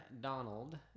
Donald